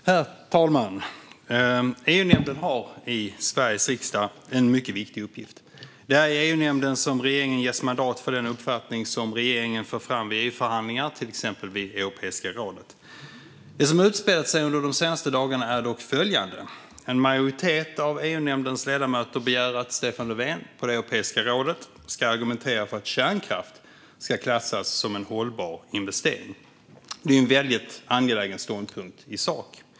Herr talman! EU-nämnden har i Sveriges riksdag en mycket viktig uppgift. Det är i EU-nämnden som regeringen ges mandat för den uppfattning som regeringen för fram i EU-förhandlingar, till exempel vid Europeiska rådet. Det som utspelat sig under de senaste dagarna är dock följande. En majoritet av EU-nämndens ledamöter begär att Stefan Löfven på Europeiska rådet ska argumentera för att kärnkraft ska klassas som en hållbar investering. Det är en väldigt angelägen ståndpunkt i sak.